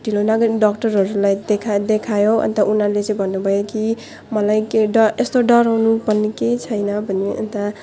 ढिलो नगरी डक्टरहरूलाई देखा देखाएँ अन्त उनीहरूले चाहिँ भन्नुभयो कि मलाई केही डर यस्तो डराउनु पर्ने केही छैन भने अन्त